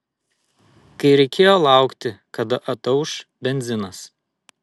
kai reikėjo laukti kada atauš benzinas